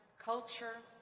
culture,